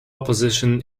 opposition